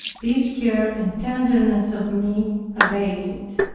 this care and tenderness of me abated.